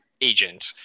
agent